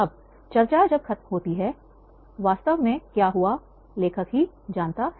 अब जब चर्चा खत्म होती है वास्तव में क्या हुआ लेखक ही जानता है